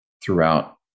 throughout